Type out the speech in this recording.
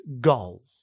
goal